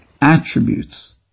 attributes